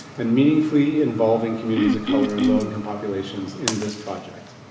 and meaningfully involving communities of color and low income populations in this project.